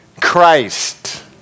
Christ